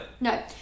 No